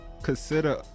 consider